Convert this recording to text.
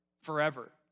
forever